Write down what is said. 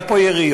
היו פה יריות,